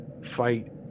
fight